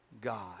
God